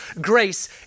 grace